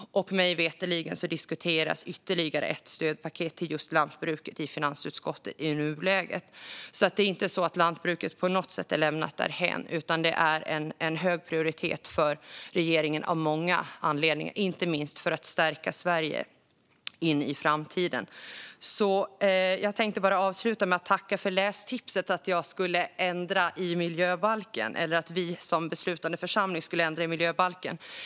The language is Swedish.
Mig veterligen diskuteras ytterligare ett stödpaket till just lantbruket i finansutskottet i nuläget. Lantbruket är alltså inte på något sätt lämnat därhän, utan det är en hög prioritet för regeringen av många anledningar, inte minst för att stärka Sverige på vägen in i framtiden. Jag vill avsluta med att tacka för tipset som handlade att vi som beslutande församling skulle ändra i miljöbalken.